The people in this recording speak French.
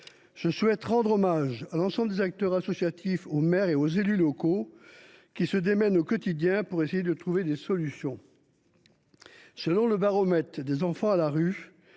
Je souhaite rendre hommage à l’ensemble des acteurs associatifs, aux maires et aux élus locaux qui se démènent au quotidien pour essayer de trouver des solutions. Selon ce baromètre, à la